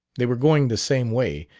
they were going the same way,